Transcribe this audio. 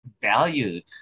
valued